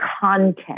content